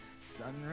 Sunrise